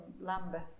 Lambeth